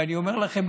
ואני אומר לכם,